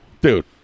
Dude